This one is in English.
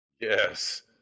Yes